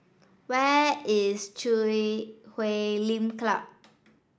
where is Chui Huay Lim Club